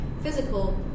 physical